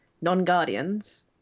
non-guardians